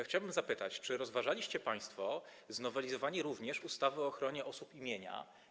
Chciałbym zapytać, czy rozważaliście państwo znowelizowanie ustawy o ochronie osób i mienia.